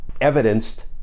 evidenced